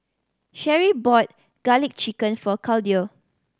Sherri bought Garlic Chicken for Claudio